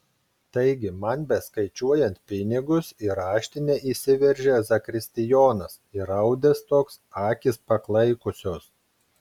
taigi man beskaičiuojant pinigus į raštinę įsiveržė zakristijonas įraudęs toks akys paklaikusios